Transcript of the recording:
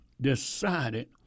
decided